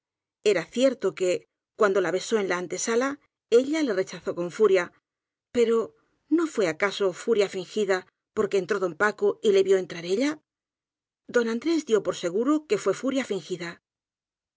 era cierto que cuando la besó en la antesala ella le rechazó con furia pero no fué acaso furia fingida porque entró don paco y le vió entrar ella don andrés dió por seguro que fué furia fingida